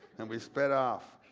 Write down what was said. and we sped off.